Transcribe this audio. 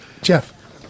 Jeff